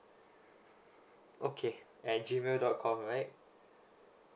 okay at G mail dot com right